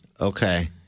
Okay